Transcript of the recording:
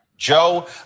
Joe